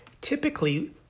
typically